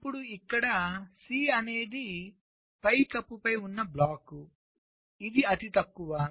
ఇప్పుడు ఇక్కడ C అనేది పైకప్పుపై ఉన్న బ్లాక్ ఇది అతి తక్కువ